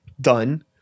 done